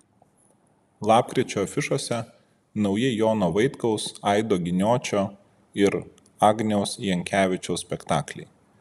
lapkričio afišose nauji jono vaitkaus aido giniočio ir agniaus jankevičiaus spektakliai